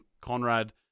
Conrad